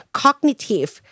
cognitive